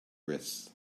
wrists